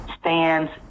stands